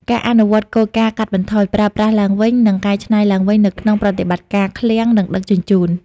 ការអនុវត្តគោលការណ៍កាត់បន្ថយ ប្រើប្រាស់ឡើងវិញ និងកែច្នៃឡើងវិញ នៅក្នុងប្រតិបត្តិការឃ្លាំង និងដឹកជញ្ជូន។